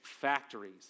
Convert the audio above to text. factories